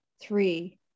three